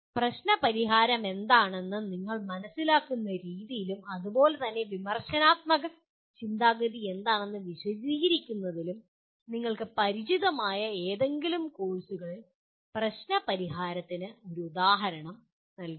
പ്രശ്നപരിഹാരമെന്താണെന്ന് നിങ്ങൾ മനസിലാക്കുന്ന രീതിയിലും അതുപോലെ തന്നെ വിമർശനാത്മക ചിന്താഗതി എന്താണെന്ന് വിശദീകരിക്കുന്നതിലും നിങ്ങൾക്ക് പരിചിതമായ ഏതെങ്കിലും കോഴ്സുകളിൽ പ്രശ്ന പരിഹാരത്തിന് ഒരു ഉദാഹരണം നൽകുക